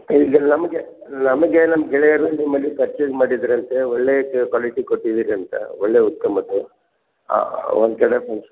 ಇದು ಇಲ್ಲಿ ನಮಗೆ ನಮಗೆ ನಮ್ಮ ಗೆಳೆಯರೊಂದು ಮನೆ ಪರ್ಚೆಸ್ ಮಾಡಿದರಂತೆ ಒಳ್ಳೆಯ ಕ್ವಾಲಿಟಿ ಕೊಟ್ಟಿದ್ದೀರಿ ಅಂತ ಒಳ್ಳೆಯ ಉತ್ತಮತೆ ಒಂದು ಕಡೆ ಪು